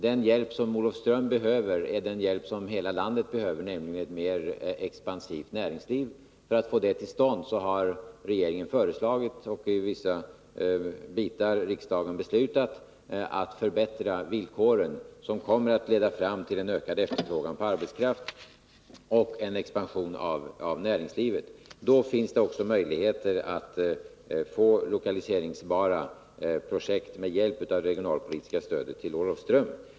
Den hjälp som Olofström behöver är den som hela landet behöver, nämligen hjälp till ett mera expansivt näringsliv. För att bidra till detta har regeringen föreslagit och riksdagen i vissa delar beslutat om en förbättring av villkoren, som kommer att leda fram till en ökad efterfrågan på arbetskraft och en expansion av näringslivet. Då finns det också möjligheter att med hjälp av det regionalpolitiska stödet få till stånd projekt som kan lokaliseras till Olofström.